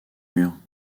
murs